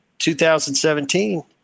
2017